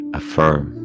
affirm